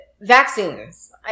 vaccines